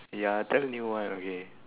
ya tell me one okay